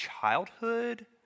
childhood